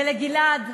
ולגלעד,